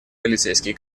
полицейские